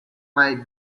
might